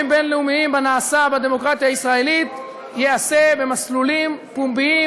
בין-לאומיים בנעשה בדמוקרטיה הישראלית ייעשה במסלולים פומביים,